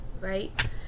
right